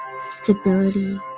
stability